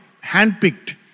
hand-picked